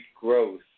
growth